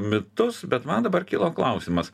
mitus bet man dabar kilo klausimas